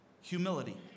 Humility